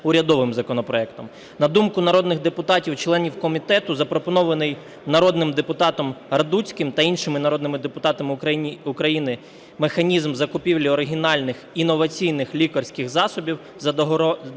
На думку народних депутатів членів комітету, запропонований народним депутатом Радуцьким та іншими народними депутатами України механізм закупівлі оригінальних інноваційних лікарських засобів за договорами